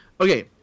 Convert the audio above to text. Okay